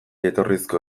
jatorrizko